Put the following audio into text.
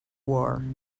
war